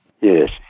Yes